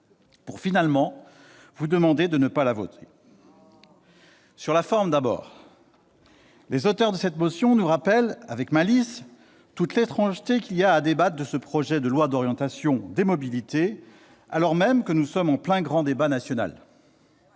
pour finalement vous demander, mes chers collègues, de ne pas la voter. Sur la forme, d'abord, les auteurs de cette motion nous rappellent avec malice toute l'étrangeté qu'il y a à débattre de ce projet de loi d'orientation des mobilités, alors même que nous sommes en plein grand débat national.